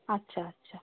আচ্ছা আচ্ছা